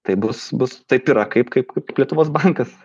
taip bus bus taip yra kaip kaip lietuvos bankas